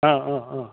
অঁ অঁ অঁ